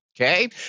okay